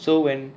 so when